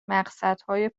مقصدهای